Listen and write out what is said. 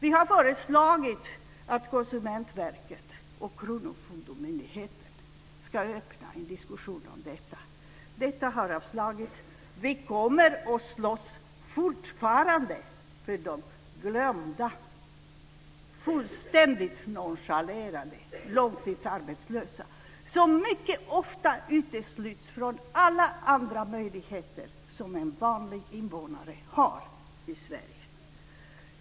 Vi har föreslagit att Konsumentverket och kronofogdemyndigheten ska starta en diskussion om detta. Detta har avstyrkts. Vi kommer att fortsätta att slåss för de glömda, fullständigt nonchalerade, långtidsarbetslösa. De utesluts mycket ofta från alla andra möjligheter som en vanlig invånare har i Sverige.